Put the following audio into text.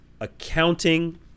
accounting